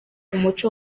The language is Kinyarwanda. muco